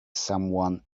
someone